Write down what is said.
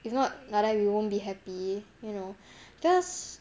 if not like that we won't be happy you know just